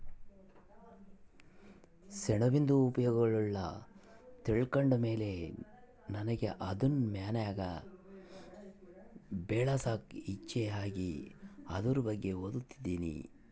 ಸೆಣಬಿಂದು ಉಪಯೋಗಗುಳ್ನ ತಿಳ್ಕಂಡ್ ಮೇಲೆ ನನಿಗೆ ಅದುನ್ ಮನ್ಯಾಗ್ ಬೆಳ್ಸಾಕ ಇಚ್ಚೆ ಆಗಿ ಅದುರ್ ಬಗ್ಗೆ ಓದ್ತದಿನಿ